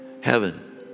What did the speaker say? heaven